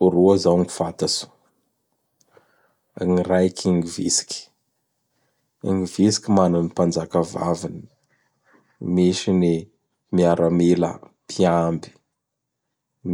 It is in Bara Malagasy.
Roa izao ny fatatso: Gny raiky ny vitsiky; gny vitsiky mana ny Mpanjakavaviny, misy ny miaramila mpiamby,